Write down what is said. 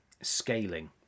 scaling